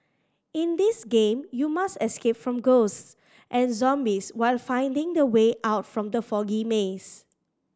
in this game you must escape from ghosts and zombies while finding the way out from the foggy maze